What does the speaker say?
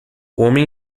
homem